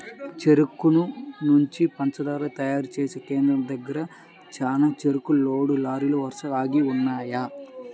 చెరుకు నుంచి పంచదార తయారు చేసే కేంద్రం దగ్గర చానా చెరుకు లోడ్ లారీలు వరసగా ఆగి ఉన్నయ్యి